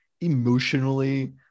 emotionally